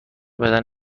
بدن